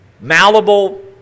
malleable